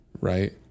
right